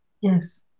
Yes